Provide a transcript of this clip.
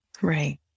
Right